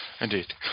indeed